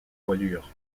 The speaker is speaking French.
voilure